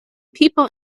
people